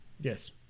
Yes